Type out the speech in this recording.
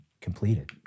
completed